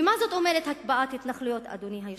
ומה זאת אומרת, הקפאת התנחלויות, אדוני היושב-ראש,